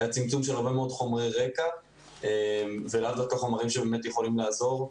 היה צמצום של הרבה מאוד חומרי רקע ולאו דווקא חומרים שהם יכולים לעזור.